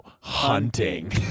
hunting